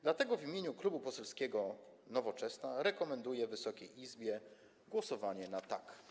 Dlatego w imieniu Klubu Poselskiego Nowoczesna rekomenduję Wysokiej Izbie głosowanie na „tak”